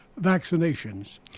vaccinations